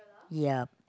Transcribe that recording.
yep